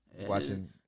Watching